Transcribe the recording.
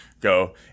go